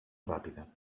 ràpida